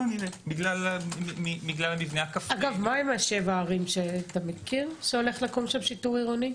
מהן 7 הערים שציינת שהולך לקום שם שיטור עירוני?